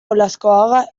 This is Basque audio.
olaskoaga